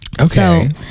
Okay